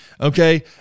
Okay